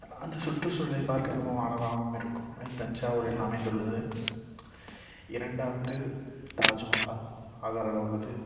அந்த சுற்றுசூழலையும் பார்க்க ரொம்ப அழகாகவும் இருக்கும் அது தஞ்சாவூரில் அமைந்துள்ளது இரண்டாவது தாஜ்மஹால் ஆக்ராவில் உள்ளது